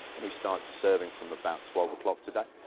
we start serving from about twelve o'clock today,